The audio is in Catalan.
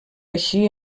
així